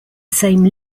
same